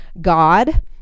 God